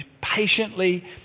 patiently